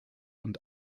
und